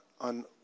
on